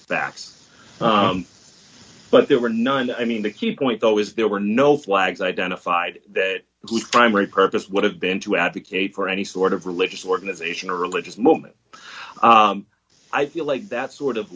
facts but there were none i mean the key point though is there were no flags identified that primary purpose would have been to advocate for any sort of religious organization or religious movement i feel like that sort of